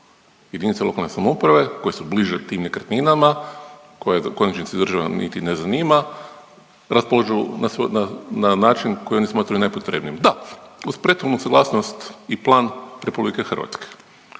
jedinice lokalne samouprave koje su bliže tim nekretninama koje država niti ne zanima raspolažu na način koji oni smatraju nepotrebnim. Da, uz prethodnu suglasnost i plan Republike Hrvatske